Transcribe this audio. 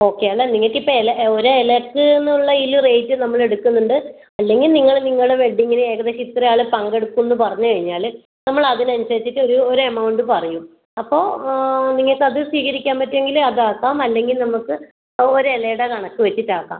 okay എന്നാൽ നിങ്ങൾക്ക് ഇപ്പോൾ ഇല ഒരു ഇലക്കെന്ന് ഉള്ളതിൽ റേറ്റ് നമ്മൾ എടുക്കുന്നുണ്ട് അല്ലെങ്കിൽ നിങ്ങളെ നിങ്ങൾ വെഡ്ഡിംഗിന് ഏകദേശം ഇത്ര ആൾ പങ്കെടുക്കും എന്ന് പറഞ്ഞു കഴിഞ്ഞാൽ നമ്മൾ അതിന് അനുസരിച്ചിട്ട് ഒരു ഒര് എമൗണ്ട് പറയും അപ്പോൾ നിങ്ങൾക്ക് അത് സ്വീകരിക്കാൻ പറ്റുമെങ്കിൽ അത് ആക്കാം അല്ലെങ്കിൽ നമ്മൾക്ക് ആ ഒരു ഇലയുടെ കണക്ക് വച്ചിട്ട് ആക്കാം